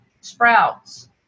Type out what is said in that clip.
sprouts